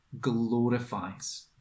glorifies